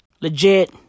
legit